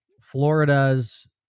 florida's